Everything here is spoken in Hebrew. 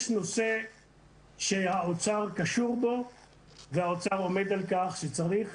יש נושא שהאוצר קשור בו והאוצר עומד על כך שצריך